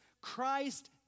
Christ